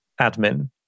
admin